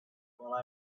while